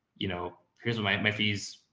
you know, here's what my fees,